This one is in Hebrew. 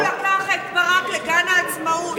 נתניהו לקח את ברק לגן העצמאות.